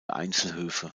einzelhöfe